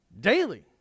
daily